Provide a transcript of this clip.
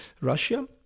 Russia